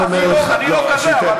אני לא כזה, אבל בסדר.